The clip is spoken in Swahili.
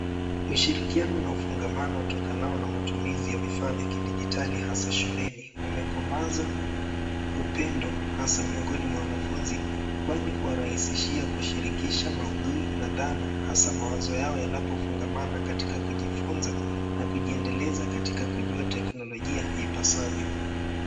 Ushirikiano na ufangamano utokanao na matumizi ya vifaa vya kidijitali hasa shuleni, umekomaza upendo hasa miongoni mwa wanafunzi kwani huwarahisishia kushirikisha maudhui na dhana hasa mawazo yao yanapofungamana katika kujifunza na kujiendeleza katika kujua teknolojia ipasavyo.